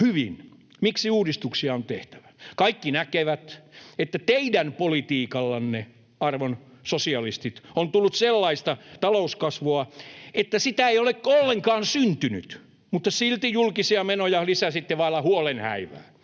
hyvin, miksi uudistuksia on tehtävä. Kaikki näkevät, että teidän politiikallanne, arvon sosialistit, on tullut sellaista talouskasvua, että sitä ei ole ollenkaan syntynyt, mutta silti julkisia menoja lisäsitte vailla huolen häivää.